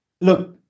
Look